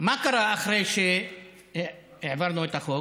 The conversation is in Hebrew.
מה קרה אחרי שהעברנו את החוק?